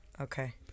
Okay